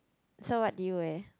so what did you wear